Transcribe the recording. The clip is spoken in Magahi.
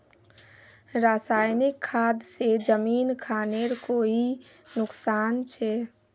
रासायनिक खाद से जमीन खानेर कोई नुकसान छे?